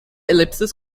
ellipses